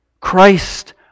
Christ